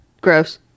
gross